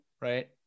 right